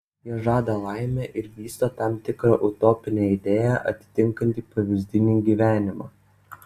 jie žada laimę ir vysto tam tikrą utopinę idėją atitinkantį pavyzdinį gyvenimą